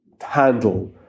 handle